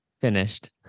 finished